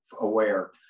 aware